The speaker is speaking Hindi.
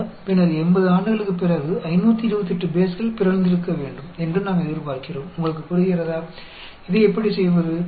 हम 3 10 9 गुणा करते हैं